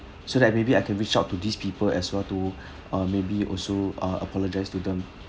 so like maybe I can reach out to these people as well to uh maybe also uh apologise to them